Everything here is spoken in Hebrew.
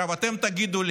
תגידו לי,